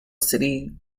city